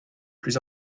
plus